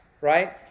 right